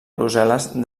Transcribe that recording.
brussel·les